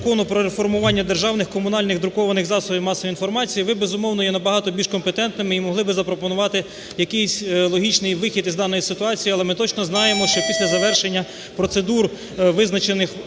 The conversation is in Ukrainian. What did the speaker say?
Закону "Про реформування державних, комунальних друкованих засобів масової інформації", ви, безумовно, є набагато більш компетентними і могли би запропонувати якийсь логічний вихід із даної ситуації. Але ми точно знаємо, що після завершення процедур, визначених